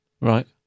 Right